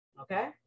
okay